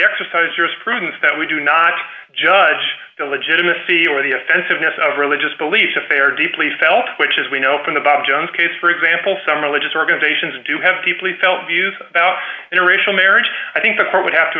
exercise your friends that we do not judge the legitimacy or the offensiveness of religious beliefs affair deeply felt which as we know from the bob jones case for example some religious organizations do have deeply felt views about interracial marriage i think the court would have to